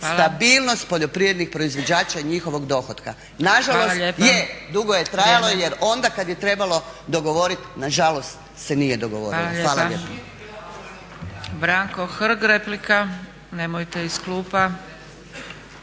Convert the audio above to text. stabilnost poljoprivrednih proizvođača i njihovog dohotka. Nažalost, je dugo je trajalo jer onda kada je trebalo dogovoriti se nažalost nije dogovorilo. Hvala lijepo.